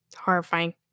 horrifying